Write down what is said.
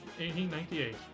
1898